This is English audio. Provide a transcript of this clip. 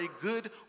good